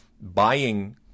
buying